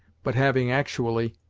but having actually,